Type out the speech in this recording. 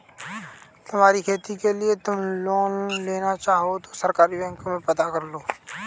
तुम्हारी खेती के लिए तुम लोन लेना चाहो तो सहकारी बैंक में पता करलो